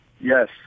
Yes